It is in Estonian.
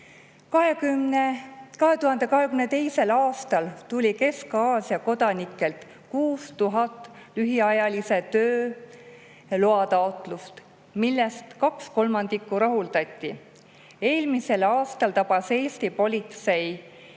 aastal tuli Kesk-Aasia kodanikelt 6000 lühiajalise tööloa taotlust, millest kaks kolmandikku rahuldati. Eelmisel aastal tabas Eesti politsei